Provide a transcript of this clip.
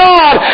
God